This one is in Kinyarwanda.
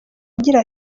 agira